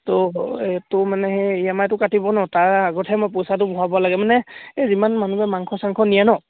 ত' এইটো মানে সেই ই এম আইটো কাটিব নহ্ তাৰ আগতহে মই পইচাটো ভৰাব লাগে মানে এই যিমান মানুহবোৰে মাংস চাংস নিয়ে নহ্